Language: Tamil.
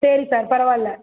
சரி சார் பரவாயில்லை